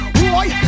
boy